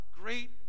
great